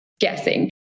guessing